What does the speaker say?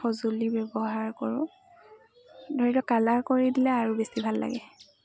সঁজুলি ব্যৱহাৰ কৰোঁ ধৰিও কালাৰ কৰি দিলে আৰু বেছি ভাল লাগে